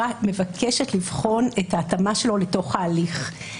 מבקשת לבחון את ההתאמה שלו לתוך ההליך.